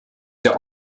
der